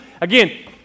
again